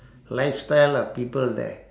lifestyle of people there